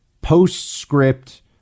postscript